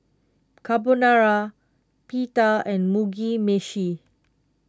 Carbonara Pita and Mugi Meshi